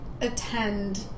attend